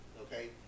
okay